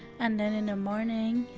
and then in the morning,